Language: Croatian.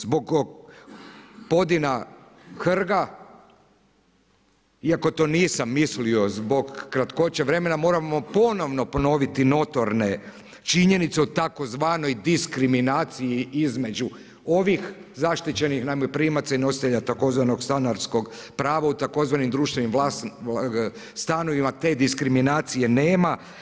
Zbog gospodina Hrga, iako to nisam mislio zbog kratkoće vremena moramo ponovno ponoviti notorne činjenice o tzv. diskriminaciji između ovih zaštićenih najmoprimaca i nositelja tzv. stanarskog prava u tzv. društvenim stanovima te diskriminacije nema.